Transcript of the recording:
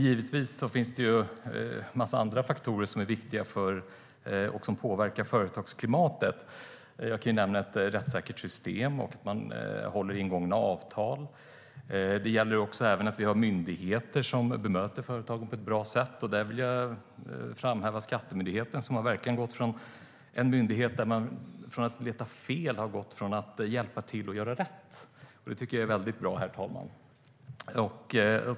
Givetvis finns det en massa andra faktorer som är viktiga och som påverkar företagsklimatet. Jag kan nämna ett rättssäkert system och att man håller ingångna avtal. Det gäller även att vi har myndigheter som bemöter företagen på ett bra sätt. Där vill jag framhäva skattemyndigheten, som verkligen har gått från att leta fel till att hjälpa oss att göra rätt. Det tycker jag är väldigt bra, herr talman.